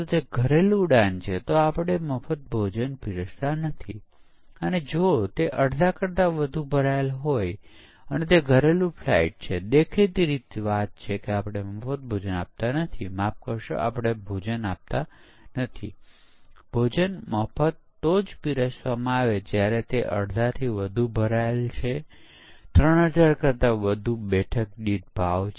તેથી સોફ્ટવેર મોટી સંખ્યામાં પુનરાવર્ત પછી વિકસિત થયેલ હોય છે અને દરેક પુનરાવર્તન ખરેખર એક મીની પ્રોજેક્ટ છે જ્યાં સ્પષ્ટીકરણ ડિઝાઇન કોડિંગ અને પરીક્ષણ હાથ ધરવામાં આવે છે તેથી પરીક્ષણ દરેક પુનરાવર્તનમાં હોય છે